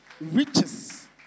Riches